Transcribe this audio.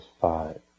five